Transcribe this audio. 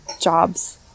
jobs